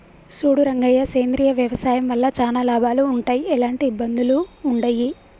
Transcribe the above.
సూడు రంగయ్య సేంద్రియ వ్యవసాయం వల్ల చానా లాభాలు వుంటయ్, ఎలాంటి ఇబ్బందులూ వుండయి